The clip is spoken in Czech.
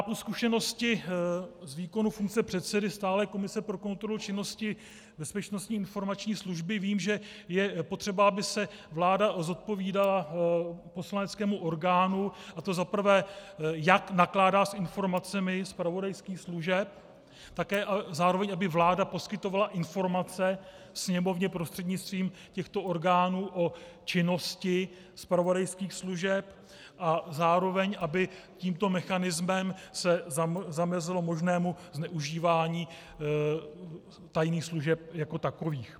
Po zkušenosti z výkonu funkce předsedy stálé komise pro kontrolu činnosti Bezpečnostní informační služby vím, že je potřeba, aby se vláda zodpovídala poslaneckému orgánu, a to za prvé, jak nakládá s informacemi zpravodajských služeb, a také zároveň aby vláda poskytovala informace Sněmovně prostřednictvím těchto orgánů o činnosti zpravodajských služeb a zároveň aby tímto mechanismem se zamezilo možnému zneužívání tajných služeb jako takových.